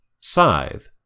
Scythe